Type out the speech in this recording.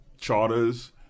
charters